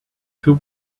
two